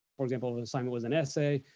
for example, if an assignment was an essay,